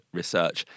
research